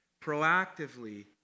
proactively